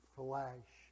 flesh